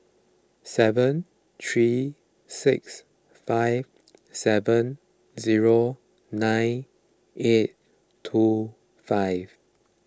seven three six five seven zero nine eight two five